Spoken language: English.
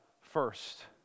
first